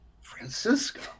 Francisco